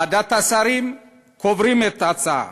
בוועדת השרים קוברים את ההצעה.